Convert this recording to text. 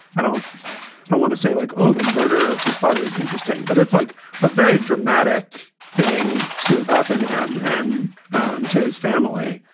i don't don't want to say like, oh, the murder of his father is interesting, but it's like a very dramatic thing to have happen to him and um to his family.